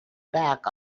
back